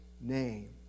name